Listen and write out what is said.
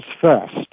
first